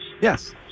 Yes